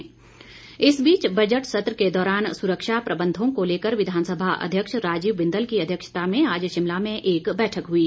सुरक्षा बैठक इस बीच बजट सत्र के दौरान सुरक्षा प्रबंधों को लेकर विधानसभा अध्यक्ष राजीव बिंदल की अध्यक्षता में आज शिमला में एक बैठक हुई